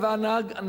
והגלגל מתפוצץ,